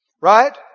Right